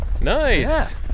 Nice